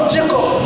Jacob